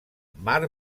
mar